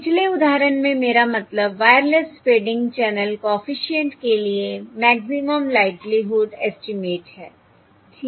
पिछले उदाहरण में मेरा मतलब वायरलेस फ़ेडिंग चैनल कॉफिशिएंट के लिए मैक्सिमम लाइक्लीहुड एस्टीमेट है ठीक है